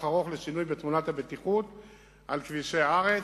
ארוך לשינוי בתמונת הבטיחות על כבישי הארץ,